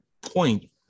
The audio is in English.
point